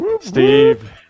Steve